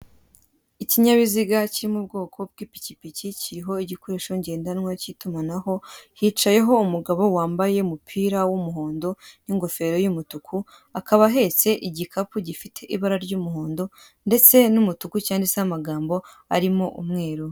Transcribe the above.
Ikinyabiziga kiri mu bwoko bw'ipikipiki kiriho igikoresho ngendanwa k'itumanaho, hicayeho umugabo wambaye umupira w'umuhondo n'ingofero y'umutuku, akaba ahetse igikapu gifite ibara ry'umuhondo ndetse n'umutuku cyanditseho amagambo arimo umweru.